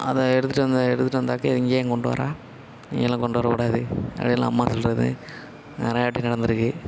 அதை எடுத்துகிட்டு வந்து எடுத்துகிட்டு வந்தாங்க இங்கே ஏ கொண்டு வர இங்கேலாம் கொண்டு வரக்கூடாது அப்படின்னு அம்மா சொல்கிறது நிறையா வாட்டி நடந்திருக்கு